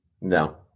no